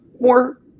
more